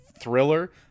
thriller